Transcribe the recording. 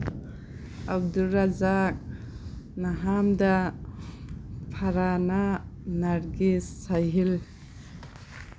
ꯑꯞꯗꯨꯔꯥꯖꯥꯛ ꯅꯍꯥꯝꯗ ꯐꯔꯥꯅꯥ ꯅꯥꯔꯒꯤꯁ ꯁꯍꯤꯜ